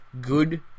Good